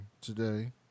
today